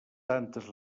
tantes